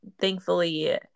Thankfully